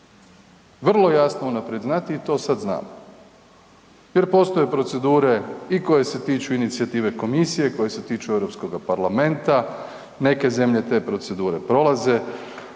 Vrlo jasno unaprijed znati i to sad znamo. Jer postoje procedura i koja se tiču inicijative komisije, koji se tiču EU parlamenta, neke zemlje te procedure prolaze,